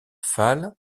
fall